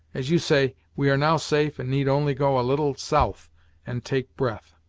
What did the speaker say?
as you say, we are now safe and need only go a little south and take breath.